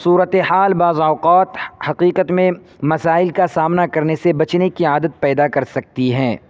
صورت حال بعض اوقات حقیقت میں مسائل کا سامنا کرنے سے بچنے کی عادت پیدا کر سکتی ہیں